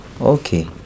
Okay